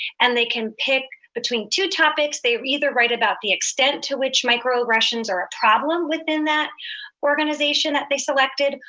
and they can pick between two topics. they either write about the extent to which microaggressions are a problem within that organization that they selected,